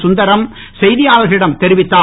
சுந்தரம் செய்தியாளர்களிடம் தெரிவித்தார்